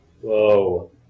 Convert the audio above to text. whoa